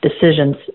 decisions